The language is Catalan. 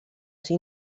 ser